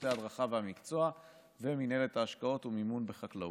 שירותי הדרכה והמקצוע ומינהלת ההשקעות והמימון בחקלאות.